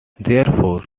therefore